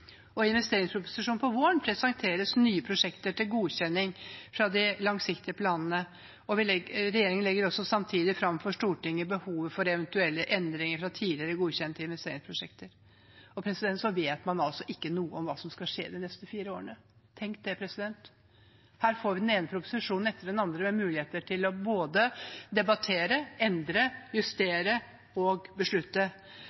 investeringsproposisjonen på våren presenteres nye prosjekter fra de langsiktige planene til godkjenning. Regjeringen legger samtidig fram for Stortinget behovet for eventuelle endringer i tidligere godkjente investeringsprosjekter. Så vet man altså ikke noe om hva som skal skje de neste fire årene! Tenk det! Her får vi den ene proposisjonen etter den andre med mulighet til både å debattere, endre,